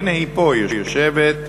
הנה היא פה, יושבת,